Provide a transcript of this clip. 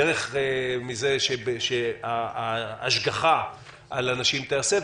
דרך זה שההשגחה על אנשים תיעשה,